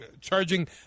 charging